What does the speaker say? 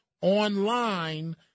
online